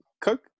Cook